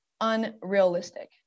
unrealistic